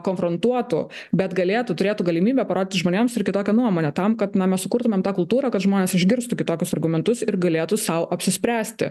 konfrontuotų bet galėtų turėtų galimybę parduoti žmonėms ir kitokią nuomonę tam kad na mes sukurtumėm tą kultūrą kad žmonės išgirstų kitokius argumentus ir galėtų sau apsispręsti